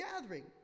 gathering